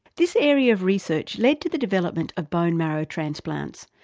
this area of research led to the development of bone marrow transplants,